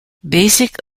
basic